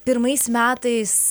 pirmais metais